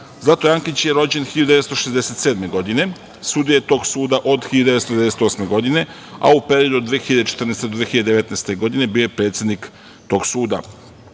Zlatoje Ankić je rođen 1967. godine. Sudija je tog suda od 1998. godine, a u periodu od 2014. do 2019. godine bio je predsednik tog suda.